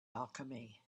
alchemy